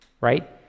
right